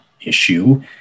issue